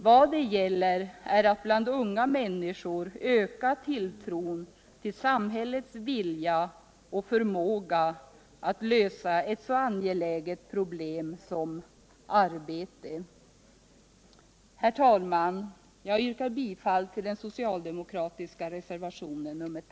Vad det gäller är att bland unga människor öka tilltron till samhällets vilja och förmåga att lösa ett så angeläget problem som — arbete. Herr talman! Jag yrkar bifall till den socialdemokratiska reservationen 4.